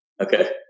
Okay